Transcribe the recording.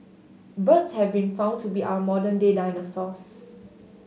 birds have been found to be our modern day dinosaurs